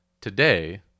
today